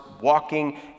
walking